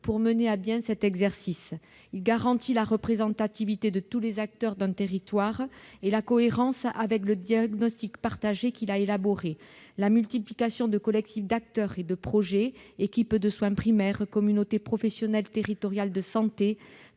pour mener à bien cet exercice. Il garantit la représentativité de tous les acteurs d'un territoire et la cohérence avec le diagnostic partagé qu'il a élaboré. La multiplication de collectifs d'acteurs et de projets- équipes de soins primaires, communautés professionnelles territoriales de santé,